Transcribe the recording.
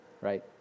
right